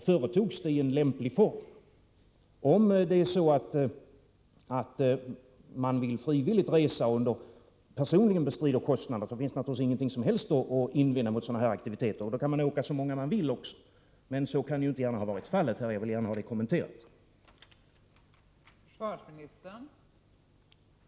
Företogs det i en lämplig form? Om man reser frivilligt och personligen bestrider kostnaderna, finns det naturligtvis inget som helst att invända mot sådana här aktiviteter, och då kan så många som önskar det delta, men så kan inte gärna ha varit fallet. Jag är angelägen om att få en kommentar till detta.